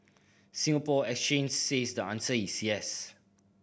Singapore Exchange says the answer is yes